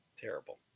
Terrible